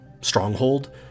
Stronghold